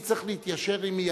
מי צריך להתיישר עם מי?